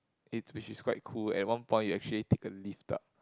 it which is quite cool and one point you actually take a lift up